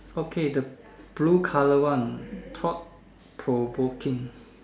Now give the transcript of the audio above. okay the blue color one thought provoking